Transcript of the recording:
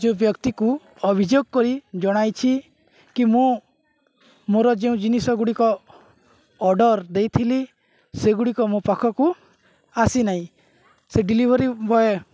ଯୋଉଁ ବ୍ୟକ୍ତିକୁ ଅଭିଯୋଗ କରି ଜଣାଇଛି କି ମୁଁ ମୋର ଯେଉଁ ଜିନିଷଗୁଡ଼ିକ ଅର୍ଡ଼ର୍ ଦେଇଥିଲି ସେଗୁଡ଼ିକ ମୋ ପାଖକୁ ଆସିନାହିଁ ସେ ଡେଲିଭରି ବଏ